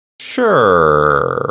sure